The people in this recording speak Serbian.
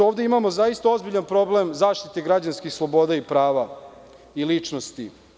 Ovde imamo zaista ozbiljan problem zaštite građanskih sloboda i prava i ličnosti.